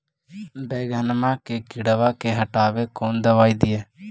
बैगनमा के किड़बा के हटाबे कौन दवाई दीए?